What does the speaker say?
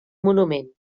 monument